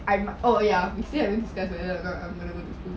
oh ya we still haven't discuss whether I'm gonna go